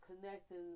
connecting